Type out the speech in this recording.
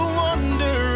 wonder